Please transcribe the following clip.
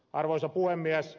arvoisa puhemies